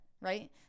right